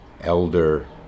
Elder